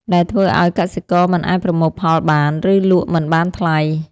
ដែលធ្វើឱ្យកសិករមិនអាចប្រមូលផលបាន ឬលក់មិនបានថ្លៃ។